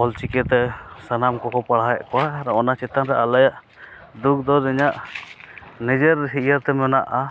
ᱚᱞ ᱪᱤᱠᱤ ᱛᱮ ᱥᱟᱱᱟᱢ ᱠᱚᱠᱚ ᱯᱟᱲᱦᱟᱣᱮᱫ ᱠᱚᱣᱟ ᱟᱨ ᱚᱱᱟ ᱪᱮᱛᱟᱱ ᱨᱮ ᱟᱞᱮ ᱫᱩᱠ ᱫᱚ ᱱᱤᱱᱟᱹᱜ ᱱᱤᱡᱮᱨ ᱤᱭᱟᱹᱛᱮ ᱢᱮᱱᱟᱜᱼᱟ